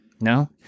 No